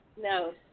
No